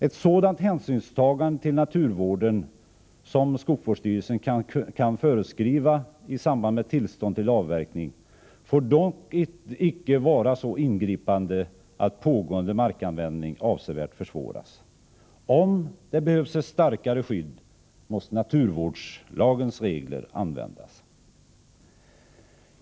Ett sådant hänsynstagande till naturvården som skogsvårdsstyrelsen kan föreskriva i samband med tillstånd till avverkning får dock icke vara så ingripande att pågående markanvändning avsevärt försvåras. Om det behövs ett starkare skydd, måste naturvårdslagens regler användas.